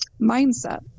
mindset